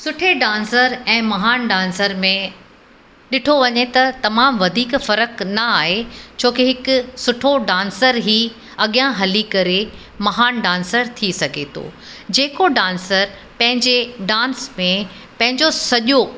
सुठे डांसर ऐं महान डांसर में ॾिठो वञे त तमामु वधीक फर्क़ न आहे छोकी हिकु सुठो डांसर ई अॻियां हली करे महान डांसर थी सघे थो जेको डांसर पंहिंजे डांस में पंहिंजो सॼो